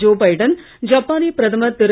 Joe Biden ஜப்பானிய பிரதமர் திரு